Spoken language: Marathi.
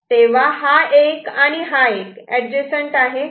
तेव्हा हा 1 आणि हा 1 एडजसंट आहे